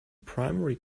primary